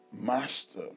Master